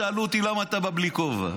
שאלו אותי: למה אתה בא בלי כובע?